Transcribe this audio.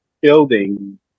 building